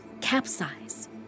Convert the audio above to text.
capsize